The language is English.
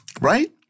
Right